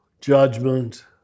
judgment